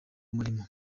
umurimo